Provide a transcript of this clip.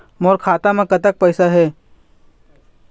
मोर खाता म कतक पैसा हे?